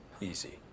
Easy